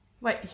Wait